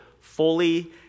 fully